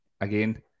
again